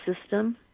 system